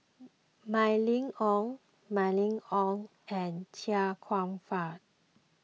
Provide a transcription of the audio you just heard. Mylene Ong Mylene Ong and Chia Kwek Fah